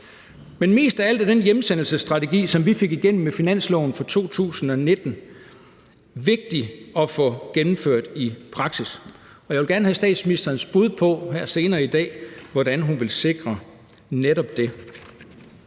Men mest af alt er den hjemsendelsesstrategi, som vi fik igennem med finansloven for 2019, vigtig at få gennemført i praksis, og jeg vil gerne have statsministerens bud på, her senere i dag, hvordan hun vil sikre netop det.